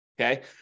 okay